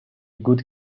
good